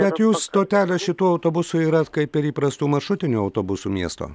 bet jų stotelės šitų autobusu yra kaip ir įprastų maršrutinių autobusų miesto